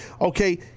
Okay